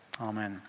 amen